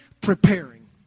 Preparing